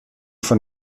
von